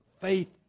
faith